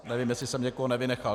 Nevím, jestli jsem někoho nevynechal.